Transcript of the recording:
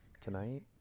Tonight